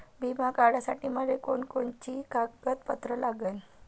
बिमा काढासाठी मले कोनची कोनची कागदपत्र लागन?